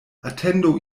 atendu